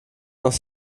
noch